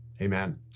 Amen